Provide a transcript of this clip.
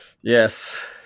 Yes